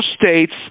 states